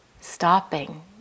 stopping